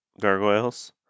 gargoyles